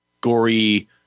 gory